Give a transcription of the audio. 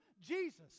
Jesus